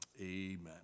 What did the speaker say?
Amen